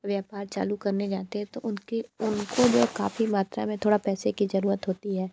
व्यापार चालू करने जाते तो उनके उनको वो काफ़ी मात्रा में थोड़ा पैसे की जरूरत होती है